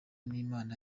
n’imana